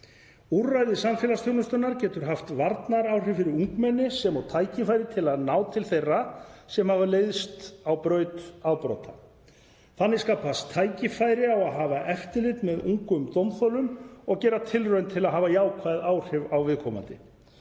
Úrræði samfélagsþjónustunnar getur haft varnaðaráhrif fyrir ungmenni sem og tækifæri til þess að ná til þeirra sem leiðst hafa á braut afbrota. Þannig skapast tækifæri til að hafa eftirlit með ungum dómþolum og gera tilraun til að hafa jákvæð áhrif á viðkomandi.